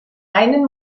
einen